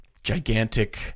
Gigantic